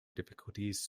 difficulties